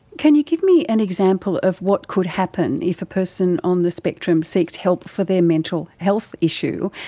can you give me an example of what could happen if a person on the spectrum seeks help for their mental health issue?